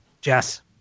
Jess